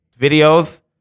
videos